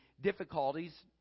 difficulties